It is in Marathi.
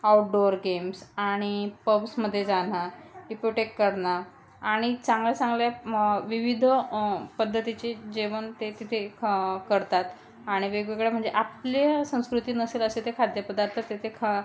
आउटडोअर गेम्स आणि पब्समध्ये जाणं इपोटेक करणं आणि चांगल्या चांगल्या विविध पद्धतीचे जेवण ते तिथे ख करतात आणि वेगवेगळ्या म्हणजे आपले संस्कृती नसेल असे ते खाद्यपदार्थ तेथे खा